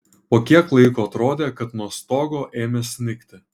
po kiek laiko atrodė kad nuo stogo ėmė snigti